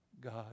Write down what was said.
God